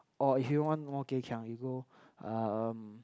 or if you want more geh-kiang you go um